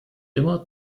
immer